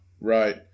Right